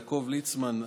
יעקב ליצמן,